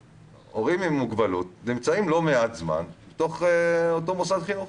הורים עם מוגבלות נמצאים לא מעט זמן בתוך אותו מוסד חינוך.